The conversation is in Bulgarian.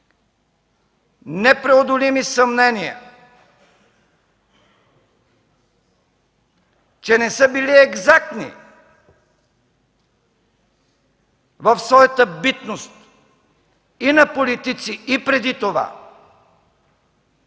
непреодолими съмнения, че не са били екзактни в своята битност на политици и преди това,